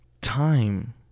time